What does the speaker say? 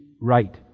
right